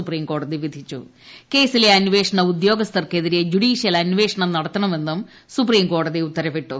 സുപ്രീംകോടതി കേസിലെ അന്വേഷണ ഉദ്യോഗസ്ഥർക്കെതിരെ ജുഡീഷ്യൽ അന്വേഷണം നടത്തണമെന്നും സുപ്രീംകോടതി ഉത്തരവിട്ടു